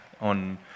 on